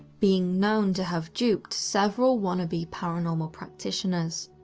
being known to have duped several wannabe paranormal practitioners,